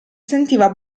sentiva